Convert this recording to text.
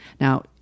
Now